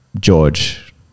George